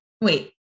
Wait